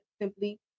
simply